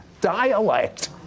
dialect